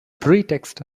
pretext